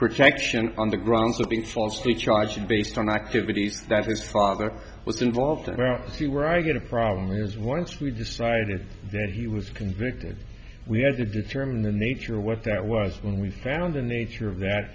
protection on the grounds of being falsely charged based on activities that his father was involved in to where i get a problem is once we decided that he was convicted we had to determine the nature of what that was when we found the nature of that